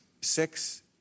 six